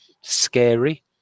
scary